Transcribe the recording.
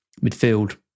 Midfield